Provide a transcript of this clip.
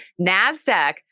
NASDAQ